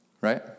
Right